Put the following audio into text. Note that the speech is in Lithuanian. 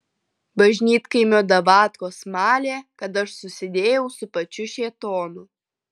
bažnytkaimio davatkos malė kad aš susidėjau su pačiu šėtonu